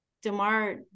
DeMar